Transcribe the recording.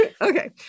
Okay